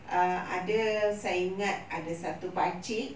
err ada saya ingat ada satu pak cik